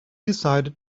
decided